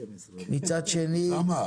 מצד שני --- כמה?